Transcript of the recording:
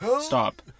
Stop